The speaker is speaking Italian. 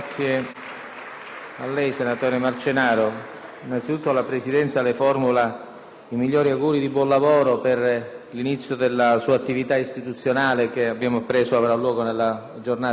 Senatore Marcenaro, innanzitutto la Presidenza le formula i migliori auguri di buon lavoro per l'inizio della sua attività istituzionale, che abbiamo appreso avrà luogo nella giornata di oggi.